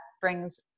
brings